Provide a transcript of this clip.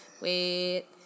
Wait